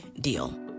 deal